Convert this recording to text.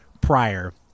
prior